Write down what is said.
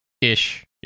Ish